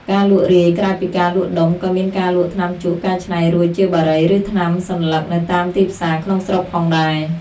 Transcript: ការលក់រាយ ក្រៅពីការលក់ដុំ ក៏មានការលក់ថ្នាំជក់កែច្នៃរួចជាបារីឬថ្នាំសន្លឹកនៅតាមទីផ្សារក្នុងស្រុកផងដែរ។